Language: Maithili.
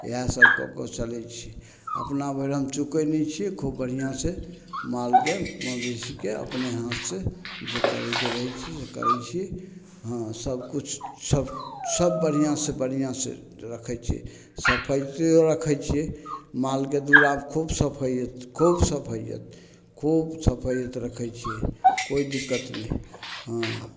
इएहसब कऽ कऽ चलै छिए अपना भरि हम चुकै नहि छिए खूब बढ़िआँसे मालके मवेशीके अपने हाथसे जे करैके रहै छै से करै छिए हँ सबकिछु सब सब बढ़िआँसे बढ़िआँसे रखै छिए सफैअत रखै छिए मालके दुअरापर खूब सफैअत खूब सफैअत खूब सफैअत रखै छिए कोइ दिक्कत नहि हइ हँ